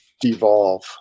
devolve